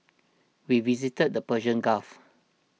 we visited the Persian Gulf